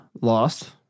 lost